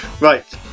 Right